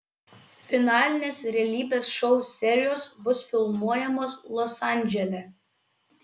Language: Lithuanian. finalinės realybės šou serijos bus filmuojamos los andžele